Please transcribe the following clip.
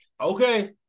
okay